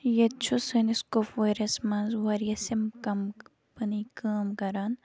ییٚتہِ چھُ سٲنِس کُپوٲرِس منٛز واریاہ سِم کَمپٔنی کٲم کَران